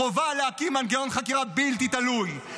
חובה להקים מנגנון חקירה בלתי תלוי.